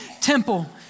temple